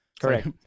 Correct